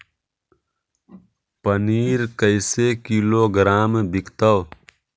पनिर कैसे किलोग्राम विकतै?